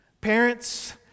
Parents